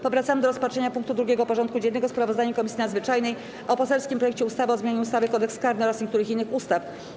Powracamy do rozpatrzenia punktu 2. porządku dziennego: Sprawozdanie Komisji Nadzwyczajnej o poselskim projekcie ustawy o zmianie ustawy - Kodeks karny oraz niektórych innych ustaw.